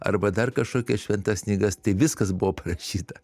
arba dar kažkokie šventas knygas tai viskas buvo parašyta